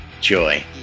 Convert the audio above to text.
joy